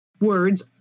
words